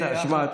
שמע,